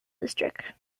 district